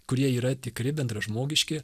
kurie yra tikri bendražmogiški